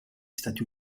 stati